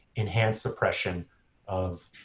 enhanced suppression of